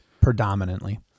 predominantly